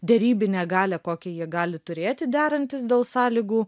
derybinę galią kokią jie gali turėti derantis dėl sąlygų